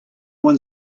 one